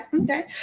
okay